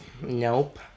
Nope